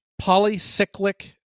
Polycyclic